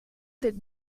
that